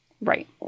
right